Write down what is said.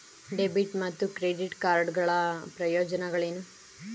Debit ಮತ್ತು credit card ಗಳ ಪ್ರಯೋಜನಗಳೇನು?